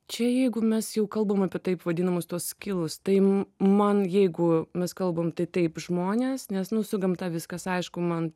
čia jeigu mes jau kalbam apie taip vadinamus tos kilus tai man jeigu mes kalbam tai taip žmonės nes nu su gamta viskas aišku man